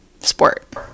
sport